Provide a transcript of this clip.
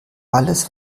alles